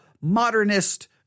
modernist